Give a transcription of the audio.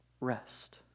rest